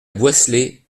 boisselée